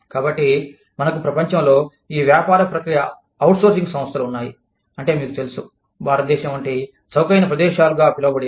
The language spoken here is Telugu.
కాబట్టి మనకు ప్రపంచంలో ఈ వ్యాపార ప్రక్రియ అవుట్సోర్సింగ్ సంస్థలు ఉన్నాయి అంటే మీకు తెలుసు భారతదేశం వంటి చౌకైన ప్రదేశాలుగా పిలవబడేవి